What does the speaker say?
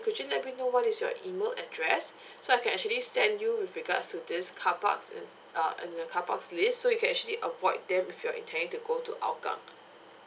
could you let me know what is your email address so I can actually send you with regards to these car parks is uh and the car parks' list so you can actually avoid them if you're intending to go to hougang